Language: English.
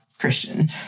christian